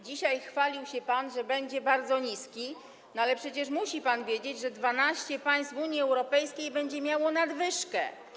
Dzisiaj chwalił się pan, że będzie bardzo niski, ale przecież musi pan wiedzieć, że 12 państw Unii Europejskiej będzie miało nadwyżkę.